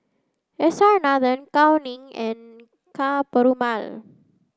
S R Nathan Gao Ning and Ka Perumal